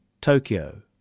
Tokyo